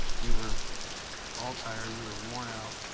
we were all tired, we were worn out.